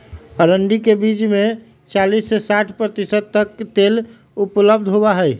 अरंडी के बीज में चालीस से साठ प्रतिशत तक तेल उपलब्ध होबा हई